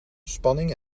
spanning